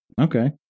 Okay